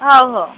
हो हो